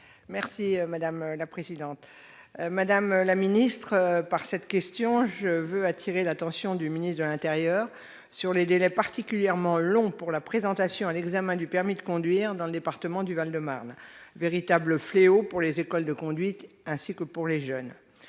ministre de l'intérieur. Madame la ministre, par cette question orale, je veux attirer l'attention du ministre de l'intérieur sur les délais particulièrement longs pour se présenter à l'examen du permis de conduire dans le département du Val-de-Marne, véritable fléau pour les écoles de conduite, ainsi que pour les jeunes.